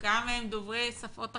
כמה מהם דוברי שפות אחרות,